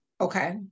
Okay